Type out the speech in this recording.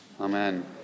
Amen